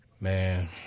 Man